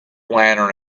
lantern